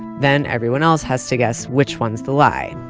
then everyone else has to guess which one's the lie.